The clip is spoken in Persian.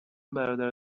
برادر